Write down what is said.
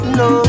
no